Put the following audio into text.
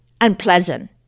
unpleasant